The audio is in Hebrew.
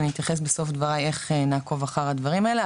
אני אתייחס בסוף דבריי איך נעקוב אחר הדברים אלה,